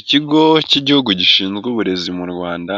Ikigo k'Igihugu gishinzwe uburezi mu Rwanda,